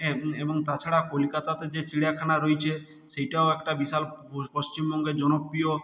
এ এবং তাছাড়া কলকাতাতে যে চিড়িয়াখানা রইছে সেইটাও একটা বিশাল প পশ্চিমবঙ্গে জনপ্রিয়